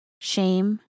shame